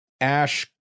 Ash